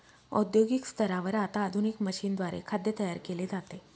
औद्योगिक स्तरावर आता आधुनिक मशीनद्वारे खाद्य तयार केले जाते